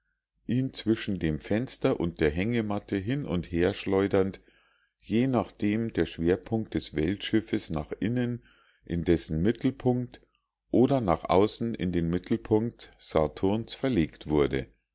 ihn zwischen dem fenster und der hängematte hin und herschleudernd je nachdem der schwerpunkt des weltschiffes nach innen in dessen mittelpunkt oder nach außen in den mittelpunkt saturns verlegt wurde